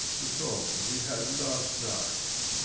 the song we had last night.